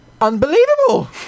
Unbelievable